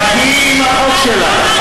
אבל אתם נגד, חכי עם החוק שלך.